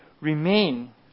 remain